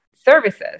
services